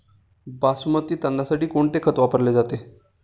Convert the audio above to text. बासमती तांदळासाठी कोणते खत वापरले जाते?